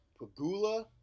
Pagula